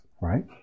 right